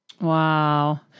Wow